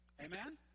Amen